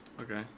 Okay